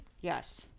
Yes